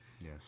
Yes